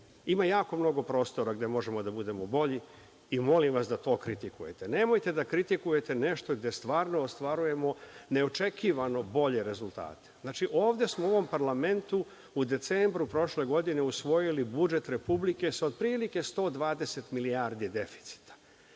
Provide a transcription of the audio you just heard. ima jako mnogo prostora gde možemo da budemo bolji i molim vas da to kritikujete. Nemojte da kritikujete nešto gde stvarno ostvarujemo neočekivano bolje rezultate. Ovde smo u ovom parlamentu u decembru prošle godine usvojili budžet Republike sa otprilike 120 milijardi deficita.